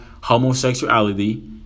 homosexuality